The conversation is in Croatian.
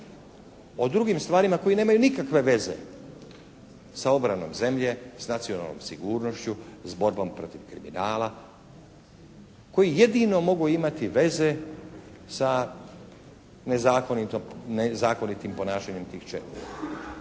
o drugim stvarima koje nemaju nikakve veze s obranom zemlje, s nacionalnom sigurnošću, s borbom protiv kriminala koji jedino mogu imati veze sa nezakonitim ponašanjem tih čelnika